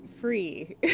free